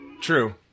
True